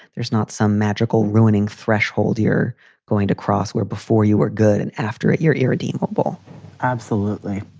there's not some magical ruining threshold you're going to cross where before you were good and after it you're irredeemable absolutely.